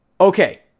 Okay